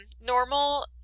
normal